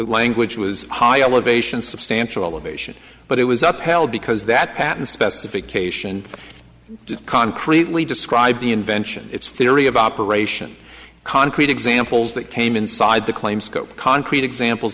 language was high elevation substantial elevation but it was up held because that patent specification did concretely describe the invention its theory of operation concrete examples that came inside the claims scope concrete examples